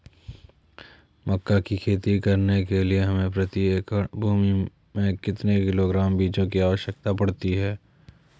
मक्का की खेती करने के लिए हमें प्रति एकड़ भूमि में कितने किलोग्राम बीजों की आवश्यकता पड़ती है?